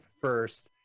first